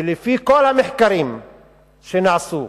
ולפי כל המחקרים שנעשו,